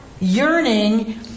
yearning